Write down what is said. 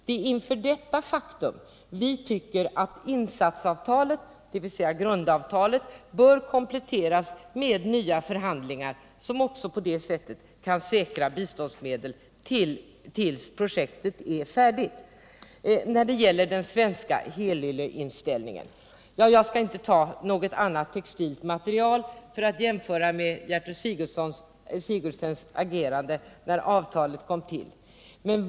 Det är inför detta faktum vi tycker att insatsavtalet, dvs. grundavtalet, bör kompletteras med nya förhandlingar, så att biståndsmedel också på det sättet kan säkras tills projektet är färdigt. Så har vi den svenska helylleinställningen — jag skall inte ta något annat textilt material för att jämföra med Gertrud Sigurdsens agerande när avtalet kom till.